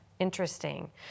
Interesting